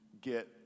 get